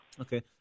Okay